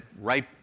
right